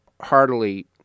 heartily